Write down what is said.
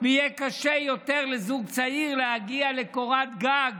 ויהיה קשה יותר לזוג צעיר להגיע לקורת גג